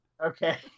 Okay